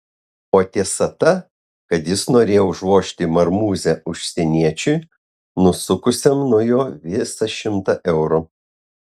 o tiesa ta kad jis norėjo užvožti į marmūzę užsieniečiui nusukusiam nuo jo visą šimtą eurų